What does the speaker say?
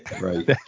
right